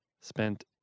spent